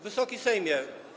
Wysoki Sejmie!